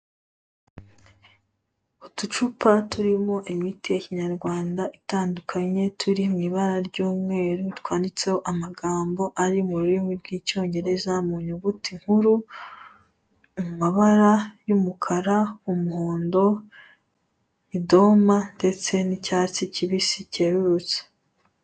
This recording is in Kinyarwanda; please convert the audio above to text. Uducupa turimo imiti ya Kinyarwanda itandukanye turi mu ibara ry'umweru twanditseho amagambo ari mu rurimi rw'icyongereza mu nyuguti nkuru, mu mabara y'umukara, umuhondo, idoma ndetse n'icyatsi kibisi kerurutse.